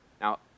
Now